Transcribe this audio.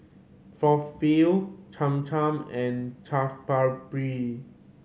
Falafel Cham Cham and Chaat Papri